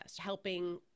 helping